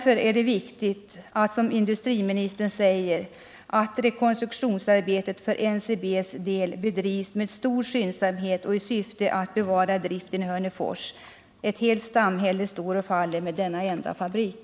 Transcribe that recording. Det är därför viktigt att, som industriministern säger, rekonstruktionsarbetet för NCB:s del bedrivs med stor skyndsamhet och i syfte att bevara driften i Hörnefors. Ett helt samhälle står och faller med denna enda fabrik.